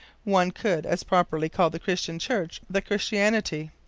one could as properly call the christian church the christianity.